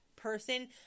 Person